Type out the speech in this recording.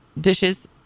dishes